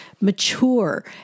mature